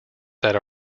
that